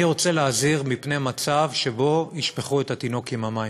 אני רוצה להזהיר מפני מצב שבו ישפכו את התינוק עם המים.